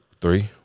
Three